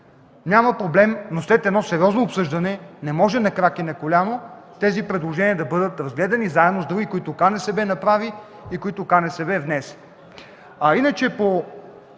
няма проблем, но след едно сериозно обсъждане – не може на крак и на коляно предложенията да бъдат разгледани, заедно с други, които КНСБ направи и които КНСБ внесе.